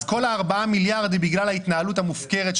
כל ה-4 מיליארד הם בגלל ההתנהלות המופקרת,